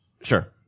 Sure